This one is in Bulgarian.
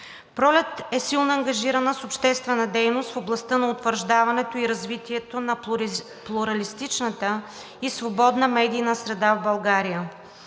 Пролет е силно ангажирана с обществена дейност в областта на утвърждаването и развитието на плуралистичната и свободна медийна среда в България.